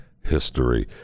history